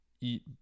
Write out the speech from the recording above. eat